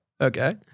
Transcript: Okay